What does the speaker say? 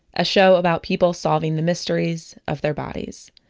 a show about people solving the mysteries of their bodies.